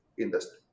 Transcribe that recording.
industry